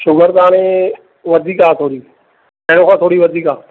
sugar त हाणे वधीक आहे थोरी पहिरों खां थोरी वधीक आहे